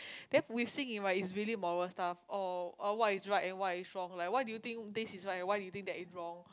then with Xin-Ying it's really moral stuff oh oh what is right and what is wrong like what do you think this is right and what do you think that is wrong